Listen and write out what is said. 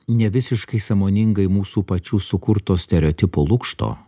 ne visiškai sąmoningai mūsų pačių sukurto stereotipo lukšto